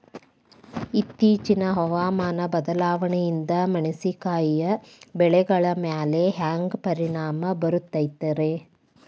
ಇತ್ತೇಚಿನ ಹವಾಮಾನ ಬದಲಾವಣೆಯಿಂದ ಮೆಣಸಿನಕಾಯಿಯ ಬೆಳೆಗಳ ಮ್ಯಾಲೆ ಹ್ಯಾಂಗ ಪರಿಣಾಮ ಬೇರುತ್ತೈತರೇ?